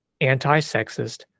anti-sexist